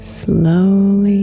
slowly